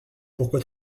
pourquoi